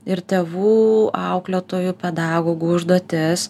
ir tėvų auklėtojų pedagogų užduotis